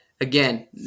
again